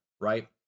right